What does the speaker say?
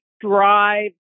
Drive